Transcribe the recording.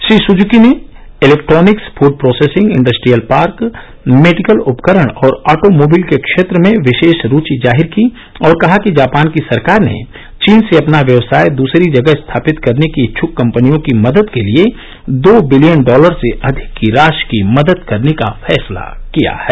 श्री सज़को ने electronics food processing industrial park medical उपकरण और ऑटोमोबिल के क्षेत्र में विशेष रुचि जाहिर की और कहा कि जापान की सरकार ने चीन से अपना व्यवसाय द्सरी जगह स्थापित करने की इच्छ्क कंपनियों की मदद के लिए दो बिलियन डॉलर से अधिक की राशि की मदद देने का फैसला किया है